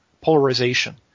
polarization